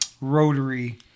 rotary